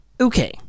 Okay